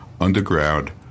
underground